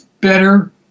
better